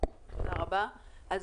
לא נגענו בקווים, הכול